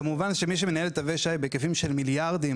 כמובן שמי שמנהל תווי שי בהיקפים של מיליארדים